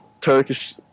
Turkish